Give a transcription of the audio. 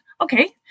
okay